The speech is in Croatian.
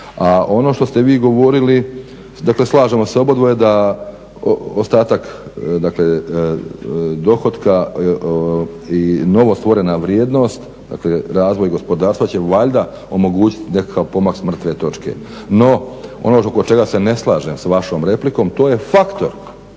A ono što ste vi govorili, dakle slažemo se obadvoje da ostatak dakle dohotka i novostvorena vrijednost dakle razvoj gospodarstva će valjda omogućiti nekakav pomak s mrtve točke. No ono oko čega se ne slažem s vašom replikom, to je faktor